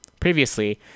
Previously